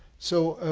so